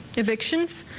evictions,